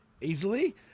easily